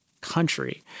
country